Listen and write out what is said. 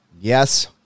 Yes